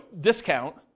discount